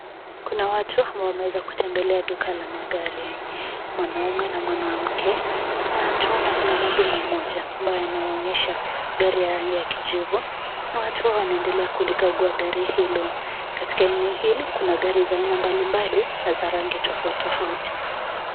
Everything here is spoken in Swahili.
Kuna watu wameweza kutembelea duka la magari mwanaume na wanawake, na tunaona kuna mhudumu mmoja ambaye anawaonyesha gari ya rangi ya kijivu, na watu wanaendelea kulikagua gari hilo. Katika eneo hili, kuna magari ya aina mbalimbali, za rangi tofauti tofauti.